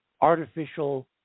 artificial